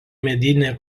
medinė